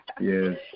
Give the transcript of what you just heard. Yes